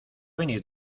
venir